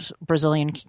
Brazilian